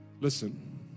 Listen